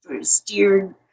steered